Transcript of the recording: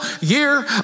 year